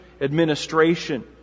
administration